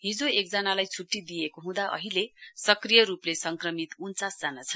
हिजो एकजनालाई छुट्टी दिएको हुँदा अहिले सक्रिय रुपले संक्रमित उन्चासजना छन्